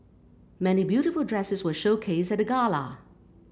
many beautiful dresses were showcased at the gala